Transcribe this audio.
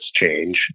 change